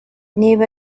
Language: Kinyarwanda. niba